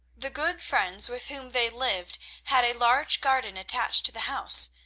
the good friends with whom they lived had a large garden attached to the house,